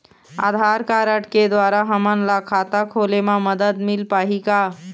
आधार card के द्वारा हमन ला खाता खोले म मदद मिल पाही का?